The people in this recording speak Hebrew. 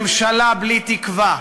ממשלה בלי תקווה.